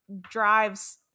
drives